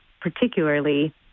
particularly